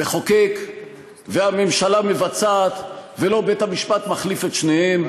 מחוקקת והממשלה מבצעת ולא בית-המשפט מחליף את שניהם,